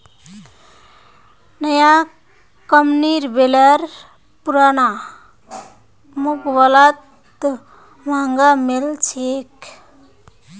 नया कंपनीर बेलर पुरना मुकाबलात महंगा मिल छेक